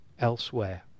elsewhere